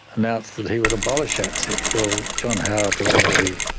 announced that he would abolish atsic. well, john howard wasn't going to be